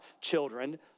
children